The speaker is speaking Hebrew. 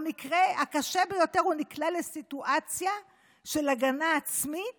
במקרה הקשה ביותר הוא נקלע לסיטואציה של הגנה עצמית